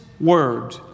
word